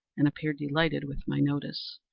and appeared delighted with my notice.